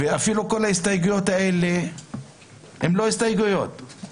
אפילו כל ההסתייגויות האלה הן לא הסתייגויות,